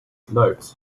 note